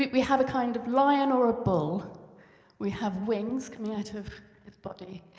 we have a kind of lion or a bull we have wings coming out of its body,